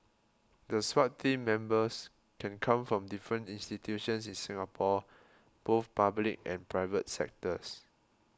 the Swat team members can come from different institutions in Singapore both public and private sectors